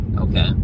okay